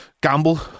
gamble